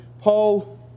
Paul